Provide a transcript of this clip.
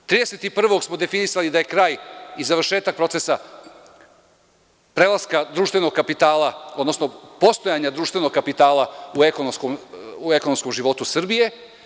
Trideset i prvog smo definisali da je kraj i završetak procesa prelaska društvenog kapitala, odnosno postojanje društvenog kapitala u ekonomskom životu Srbije.